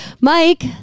Mike